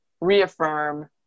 reaffirm